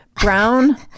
Brown